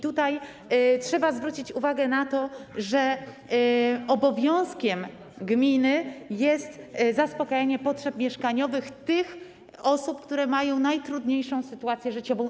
Tutaj trzeba zwrócić uwagę na to, że obowiązkiem gminy jest zaspokajanie potrzeb mieszkaniowych tych osób, które mają najtrudniejszą sytuację życiową.